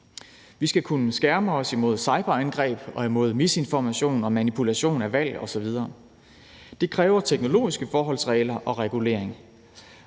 Vi skal kunne skærme os imod cyberangreb og imod misinformation og manipulation af valg osv. Det kræver teknologiske forholdsregler og regulering,